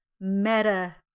meta